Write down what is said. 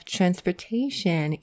Transportation